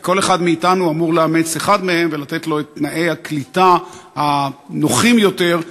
כל אחד מאתנו אמור לאמץ אחד מהם ולתת לו את תנאי הקליטה הנוחים ביותר,